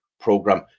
program